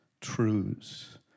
truths